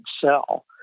sell